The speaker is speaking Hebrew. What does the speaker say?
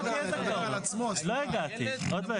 עוד לא הגעתי לזה.